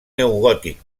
neogòtic